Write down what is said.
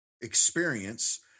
experience